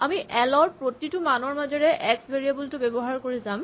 আমি এল ৰ প্ৰতিটো মানৰ মাজেৰে এক্স ভেৰিয়েবল টো ব্যৱহাৰ কৰি যাম